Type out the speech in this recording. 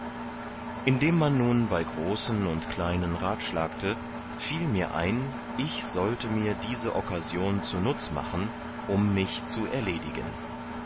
indem man nun bei großen und kleinen ratschlagte fiel mir ein ich sollte mir diese okkasion zunutz machen um mich zu erledigen